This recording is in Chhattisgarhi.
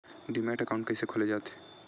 डीमैट अकाउंट कइसे खोले जाथे?